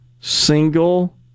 single